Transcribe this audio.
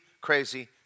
crazy